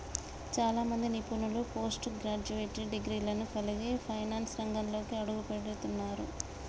చాలా మంది నిపుణులు పోస్ట్ గ్రాడ్యుయేట్ డిగ్రీలను కలిగి ఫైనాన్స్ రంగంలోకి అడుగుపెడుతున్నరు